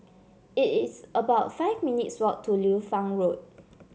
it is about five minutes' walk to Liu Fang Road